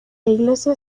iglesia